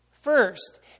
first